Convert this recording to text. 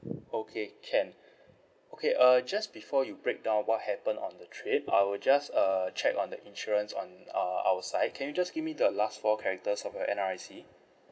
okay can okay uh just before you break down what happen on the trip I will just err check on the insurance on uh our side can you just give me the last four characters of your N_R_I_C